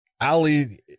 Ali